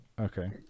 Okay